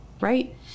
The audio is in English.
Right